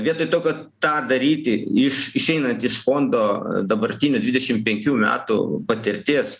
vietoj to kad tą daryti iš išeinant iš fondo dabartinių dvidešim penkių metų patirties